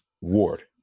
Ward